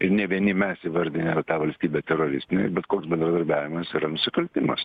ir ne vieni mes įvardijame tą valstybę teroristine bet koks bendradarbiavimas yra nusikaltimas